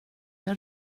jag